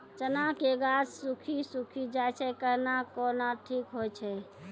चना के गाछ सुखी सुखी जाए छै कहना को ना ठीक हो छै?